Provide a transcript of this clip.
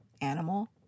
animal